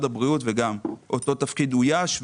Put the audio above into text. הבריאות אנחנו רואים שאותו תפקיד אויש,